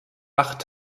acht